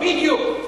בדיוק.